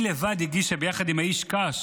היא לבד הגישה ביחד עם איש הקש